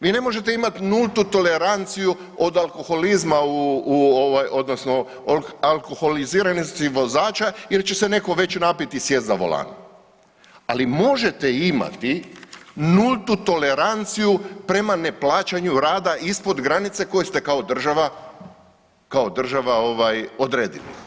Vi ne možete imati nultu toleranciju od alkoholizma odnosno od alkoholiziranosti vozača jer će netko već napiti i sjest za volan, ali možete imati nultu toleranciju prema neplaćanju rada ispod granice koju ste kao država odredili.